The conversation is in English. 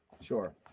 Sure